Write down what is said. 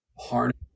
Harness